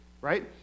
right